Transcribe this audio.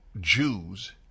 Jews